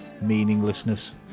meaninglessness